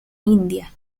india